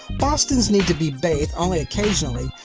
bostons need to be bathed only occasionally,